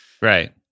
right